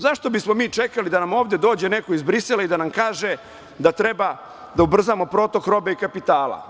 Zašto bismo mi čekali da nam ovde dođe neko iz Brisela i da nam kaže da treba da ubrzamo protok robe i kapitala?